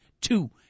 Two